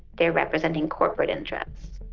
they're representing corporate interests,